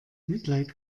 mitleid